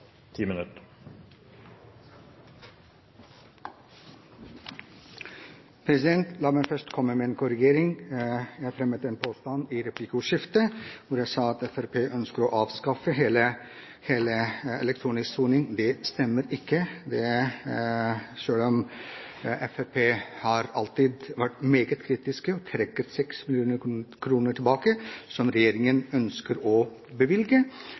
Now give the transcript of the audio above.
La meg først komme med en korrigering. Jeg fremmet en påstand i replikkordskiftet der jeg sa at Fremskrittspartiet ønsker å avskaffe hele den elektroniske soningen. Det stemmer ikke, selv om Fremskrittspartiet alltid har vært meget kritisk og trekker tilbake 6 mill. kr som regjeringen ønsker å bevilge